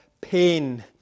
pain